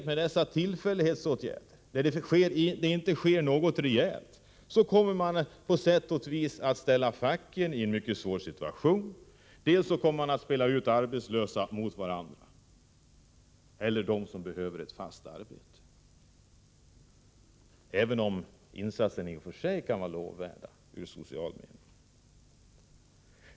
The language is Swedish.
Med dessa tillfällighetsåtgärder, när det inte sker något rejält, kommer man på sätt och vis att ställa facken i en mycket svår situation. Man kommer dels att spela ut arbetslösa dels mot varandra, dels mot dem som behöver ett fast jobb även om insatsen naturligtvis i och för sig kan vara lovvärd i social mening.